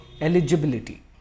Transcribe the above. eligibility